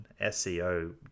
SEO